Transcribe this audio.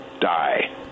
die